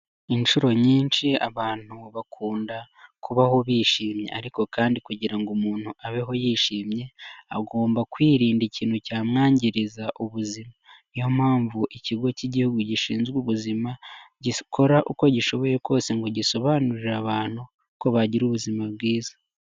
Inshuro nyinshi abantu bakunda kubaho bishimye ariko kandi kugira ngo umuntu abeho yishimye, agomba kwirinda ikintu cyamwangiriza ubuzima. Niyo mpamvu ikigo cy'igihugu gishinzwe ubuzima gikora uko gishoboye kose ngo gisobanurire abantu ko bagira ubuzima bwiza.